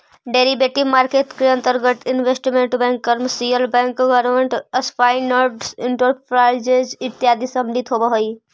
derivative market के अंतर्गत investment bank commercial bank government sponsored enterprises इत्यादि सम्मिलित होवऽ हइ